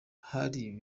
hari